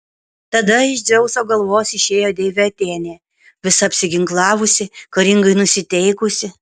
tada iš dzeuso galvos išėjo deivė atėnė visa apsiginklavusi karingai nusiteikusi